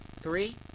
Three